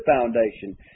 foundation